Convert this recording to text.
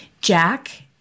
Jack